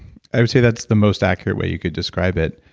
i would say that's the most accurate way you could describe it.